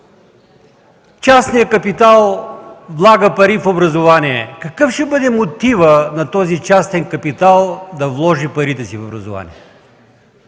частният капитал влага пари в образование. Какъв ще бъде мотивът на този частен капитал да вложи парите си в образование?